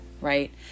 right